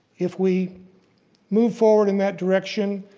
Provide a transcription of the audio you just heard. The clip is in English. if we move forward in that direction,